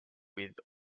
with